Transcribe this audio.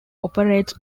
operates